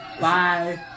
Bye